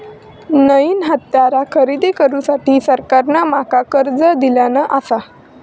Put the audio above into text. नईन हत्यारा खरेदी करुसाठी सरकारान माका कर्ज दिल्यानं आसा